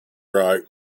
right